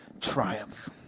triumph